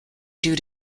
due